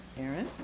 Aaron